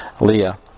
leah